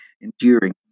enduring